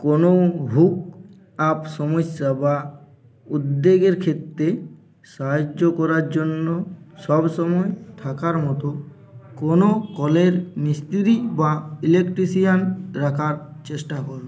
কোনো hook up সমস্যা বা উদ্বেগের ক্ষেত্তে সাহায্য করার জন্য সব সময় থাকার মতো কোনো কলের মিস্ত্রি বা ইলেকট্রিশিয়ান রাখার চেষ্টা করুন